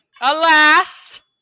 alas